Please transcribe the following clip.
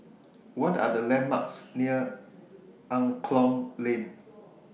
What Are The landmarks near Angklong Lane